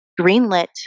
greenlit